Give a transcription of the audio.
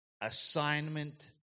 assignment